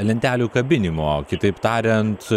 lentelių kabinimo kitaip tariant